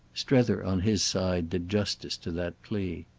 strether, on his side, did justice to that plea.